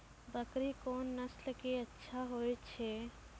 बकरी कोन नस्ल के अच्छा होय छै?